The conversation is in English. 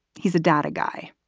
he's a data guy.